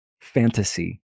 fantasy